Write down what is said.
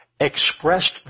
expressed